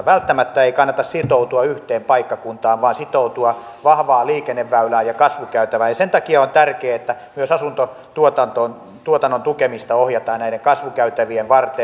välttämättä ei kannata sitoutua yhteen paikkakuntaan vaan vahvaan liikenneväylään ja kasvukäytävään ja sen takia on tärkeää että myös asuntotuotannon tukemista ohjataan näiden kasvukäytävien varteen